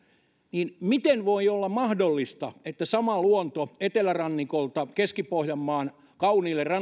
niin miten voi olla mahdollista että sama luonto etelärannikolta keski pohjanmaan kauniille